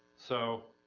so,